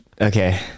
okay